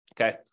okay